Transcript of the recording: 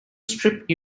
strip